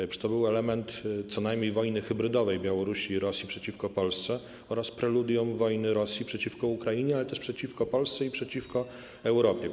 Przecież to był element co najmniej wojny hybrydowej Białorusi i Rosji przeciwko Polsce oraz preludium do wojny Rosji przeciwko Ukrainie, ale też przeciwko Polsce i przeciwko Europie.